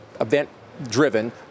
event-driven